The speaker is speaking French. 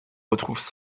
retrouvent